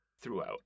throughout